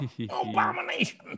abomination